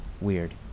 Weird